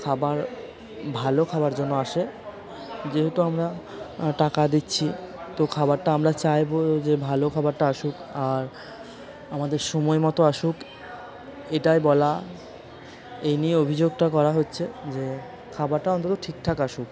খাবার ভালো খাবার যেন আসে যেহেতু আমরা টাকা দিচ্ছি তো খাবারটা আমরা চাইবো যে ভালো খাবারটা আসুক আর আমাদের সময় মতো আসুক এটাই বলা এই নিয়ে অভিযোগটা করা হচ্ছে যে খাবারটা অন্তত ঠিকঠাক আসুক